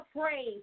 praise